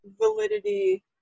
validity